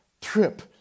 trip